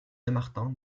dammartin